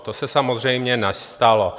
To se samozřejmě nestalo.